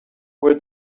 where